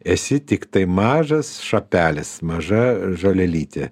esi tiktai mažas šapelis maža žolelytė